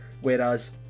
whereas